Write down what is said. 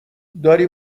داری